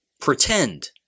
Pretend